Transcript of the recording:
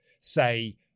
say